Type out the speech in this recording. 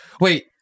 wait